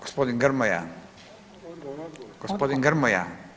Gospodin Grmoja, gospodin Grmoja.